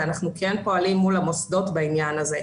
ואנחנו כן פועלים מול המוסדות בעניין הזה.